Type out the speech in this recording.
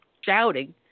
Shouting